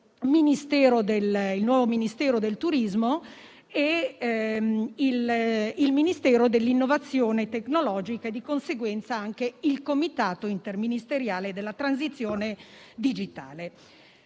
sul nuovo Ministero del turismo, sul Ministero per l'innovazione tecnologica e, di conseguenza, anche sul comitato interministeriale per la transizione digitale.